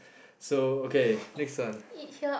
so okay next one